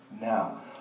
Now